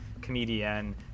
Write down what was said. comedian